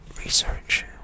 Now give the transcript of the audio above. Research